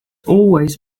always